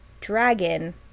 Dragon